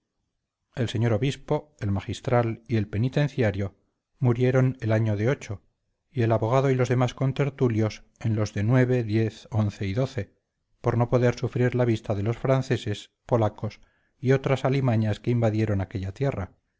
el señor obispo el magistral y el penitenciario murieron el año de y el abogado y los demás contertulios en los de y por no poder sufrir la vista de los franceses polacos y otras alimañas que invadieron aquella tierra